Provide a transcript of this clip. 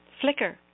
Flicker